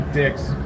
dicks